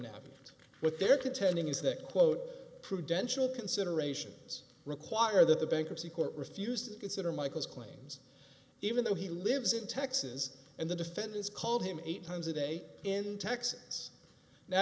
knapped what they're contending is that quote prudential considerations require that the bankruptcy court refused to consider michael's claims even though he lives in texas and the defendants called him eight times a day in texas